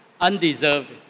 undeserved